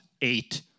eight